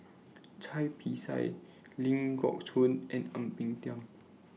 Cai Bixia Ling Geok Choon and Ang Peng Tiam